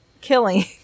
killing